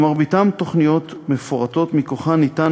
למרביתן תוכניות מפורטות שמכוחן ניתן